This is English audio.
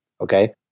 Okay